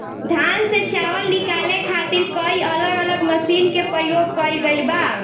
धान से चावल निकाले खातिर कई अलग अलग मशीन के प्रयोग कईल गईल बा